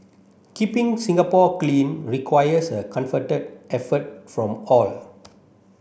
keeping Singapore clean requires a comforted effort from all